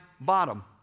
bottom